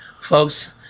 folks